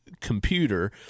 computer